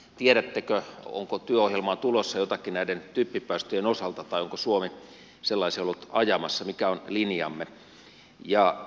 tiedättekö onko työohjelmaan tulossa jotakin näiden typpipäästöjen osalta tai onko suomi sellaisia ollut ajamassa mikä on linjamme